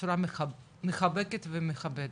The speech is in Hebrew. בצורה מחבקת ומכבדת.